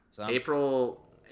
April